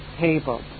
table